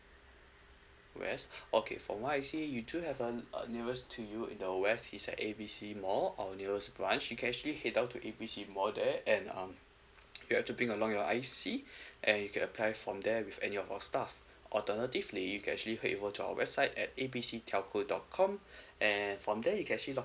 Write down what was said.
west okay for what I see you do have uh uh nearest to you in the west is at A B C mall our nearest branch you can actually head down to A B C mall there and um you have to bring along your I_C and you can apply from there with any of our staff alternatively you can actually head for to our website at A B C telco dot com and from there you can actually log